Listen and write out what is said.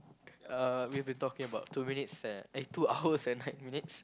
uh we've been talking about two minutes eh two hours and nine minutes